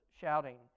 shouting